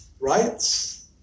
Rights